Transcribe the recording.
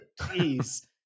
please